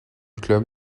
club